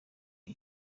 ngo